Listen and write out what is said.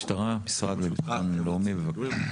משטרה ואחר כך המשרד לביטחון לאומי, בבקשה.